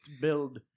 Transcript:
build